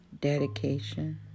dedication